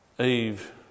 Eve